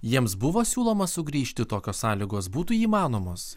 jiems buvo siūloma sugrįžti tokios sąlygos būtų įmanomos